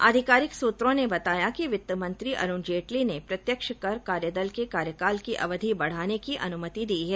आधिकारिक सुत्रों ने बताया कि वित्त मंत्री अरूण जेटली ने प्रत्यक्ष कर कार्यदल के कार्यकाल की अवधि बढ़ाने की अनुमति दी है